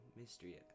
mystery